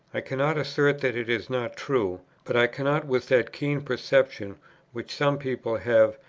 i cannot assert that it is not true but i cannot, with that keen perception which some people have,